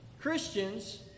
Christians